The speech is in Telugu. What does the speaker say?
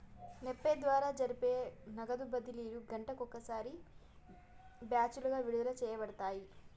నెప్ప్ ద్వారా జరిపే నగదు బదిలీలు గంటకు ఒకసారి బ్యాచులుగా విడుదల చేయబడతాయి